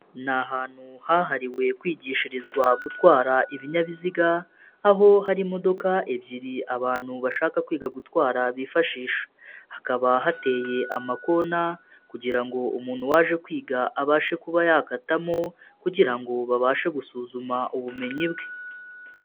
Ni ahantu hahariwe kwigishirizwa gutwara ibinyabiziga, aho hari imodoka ebyiri abantu bashaka kwiga gutwara bifashisha. Hakaba hateye amakota kugira ngo umuntu waje kwiga abashe kuba yakatamo kugira ngo babashe gusuzuma ubumenyi bwe.